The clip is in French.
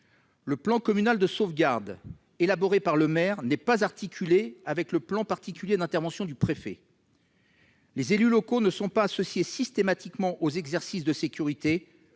Le plan communal de sauvegarde élaboré par le maire n'est pas articulé avec le plan particulier d'intervention du préfet. Les élus locaux ne sont pas systématiquement associés aux exercices de sécurité,